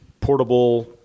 portable